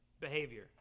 behavior